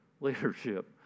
leadership